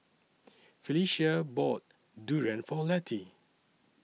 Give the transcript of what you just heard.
Phylicia bought Durian For Letty